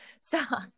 Stop